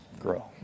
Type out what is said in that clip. grow